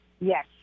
yes